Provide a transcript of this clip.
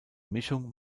mischung